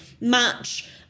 match